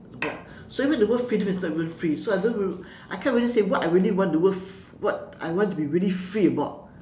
about so even the word freedom is not even free so I don't really I can't really say what I really want the word what what I want to be really free about